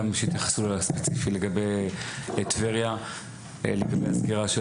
גם שיתייחסו ספציפי לגבי טבריה לגבי הסגירה.